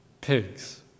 pigs